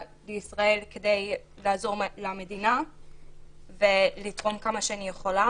לישראל כדי לעזור למדינה ולתרום כמה שאני יכולה